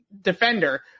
defender